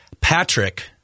Patrick